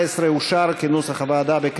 היושב-ראש, כנוסח הוועדה.